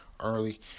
Early